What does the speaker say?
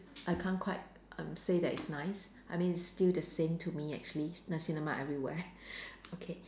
I can't quite um say that it's nice I mean it's still the same to me actually Nasi-Lemak everywhere okay